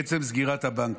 עצם סגירת הבנקים.